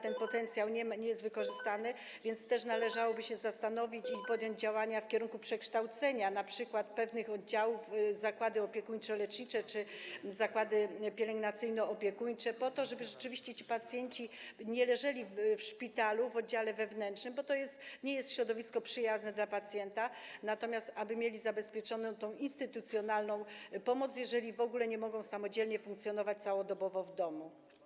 Ten potencjał nie jest wykorzystywany, więc też należałoby się zastanowić i podjąć działania w kierunku przekształcenia np. pewnych oddziałów w zakłady opiekuńczo-lecznicze czy w zakłady pielęgnacyjno-opiekuńcze po to, żeby rzeczywiście ci pacjenci nie leżeli w szpitalu na oddziale wewnętrznym, bo to nie jest środowisko przyjazne dla pacjenta, chodzi o to, aby mieli zabezpieczoną pomoc instytucjonalną, jeżeli w ogóle nie mogą samodzielnie funkcjonować całodobowo w domu.